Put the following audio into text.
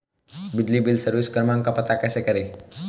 बिजली bill service क्रमांक का पता कैसे करें?